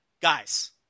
Guys